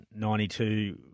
92